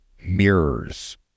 mirrors